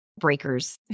breakers